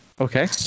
Okay